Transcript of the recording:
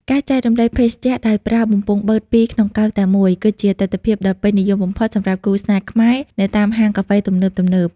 ការចែករំលែកភេសជ្ជៈដោយប្រើបំពង់បឺតពីរក្នុងកែវតែមួយ គឺជាទិដ្ឋភាពដ៏ពេញនិយមបំផុតសម្រាប់គូស្នេហ៍ខ្មែរនៅតាមហាងកាហ្វេទំនើបៗ។